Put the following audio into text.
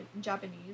Japanese